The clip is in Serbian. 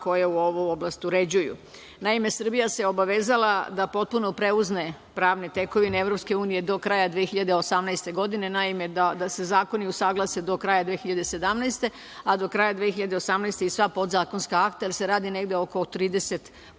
koje ovu oblast uređuju. Naime, Srbija se obavezala da potpuno preuzme pravne tekovine EU do kraja 2018. godine, naime, da se zakoni usaglase do kraja 2017. godine, a do kraja 2018. i sva podzakonska akta, jer se radi o negde oko 30